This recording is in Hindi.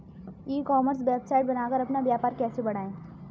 ई कॉमर्स वेबसाइट बनाकर अपना व्यापार कैसे बढ़ाएँ?